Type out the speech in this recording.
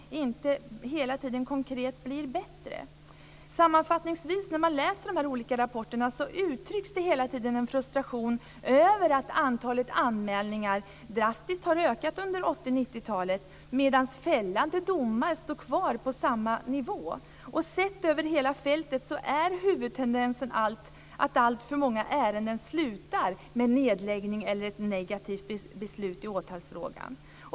När man läser de olika rapporterna uttrycks det hela tiden frustration över att antalet anmälningar drastiskt har ökat under 80-90-talet medan antalet fällande domar ligger kvar på samma nivå. Sett över hela fältet är huvudtendensen att alltför många ärenden avslutas med nedläggning eller ett negativt beslut i åtalsfrågan.